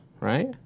right